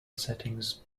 settings